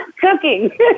cooking